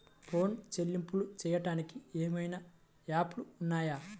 Phone చెల్లింపులు చెయ్యటానికి ఏవైనా యాప్లు ఉన్నాయా?